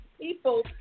people